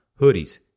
Hoodies